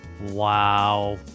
Wow